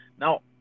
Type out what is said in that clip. now